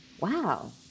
wow